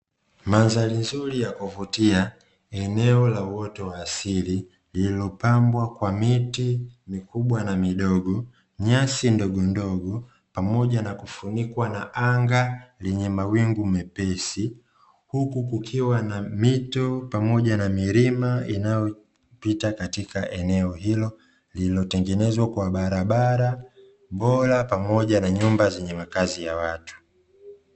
Mandhari nzuri ya kuvutia eneo la uoto wa asili lililopambwa kwa miti mikubwa na midogo, nyasi ndogo ndogo pamoja na kufunikwa na anga lenye mawingu mepesi, huku kukiwa na mito pamoja na milima inayopita katika eneo hilo lililotengenezwa kwa barabara bora pamoja na nyumba zenye makazi ya watu.